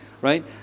Right